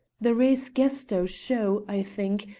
the res gesto show, i think,